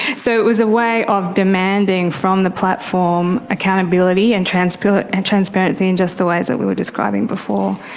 so it was a way of demanding from the platform accountability and transparency and transparency in just the ways that we were describing before.